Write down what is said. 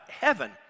heaven